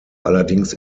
allerdings